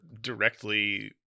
directly